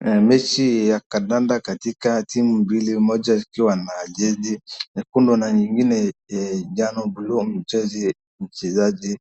Mechi ya kadanda katika timu mbili moja ikiwa na jezi, na kundu na nyingine jano buluwa mchezi mchezaji,